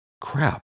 Crap